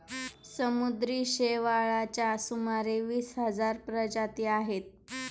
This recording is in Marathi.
समुद्री शेवाळाच्या सुमारे वीस हजार प्रजाती आहेत